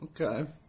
Okay